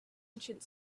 ancient